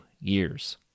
years